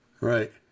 Right